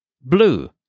Blue